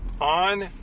on